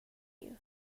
you